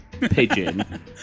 Pigeon